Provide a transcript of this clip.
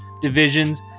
divisions